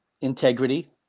integrity